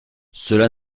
cela